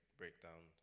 breakdown